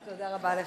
תודה רבה לך.